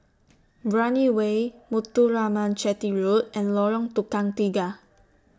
Brani Way Muthuraman Chetty Road and Lorong Tukang Tiga